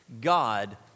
God